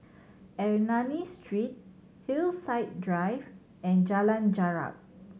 Ernani Street Hillside Drive and Jalan Jarak